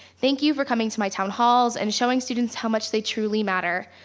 thank you for coming to my town halls and showing students how much they truly matter.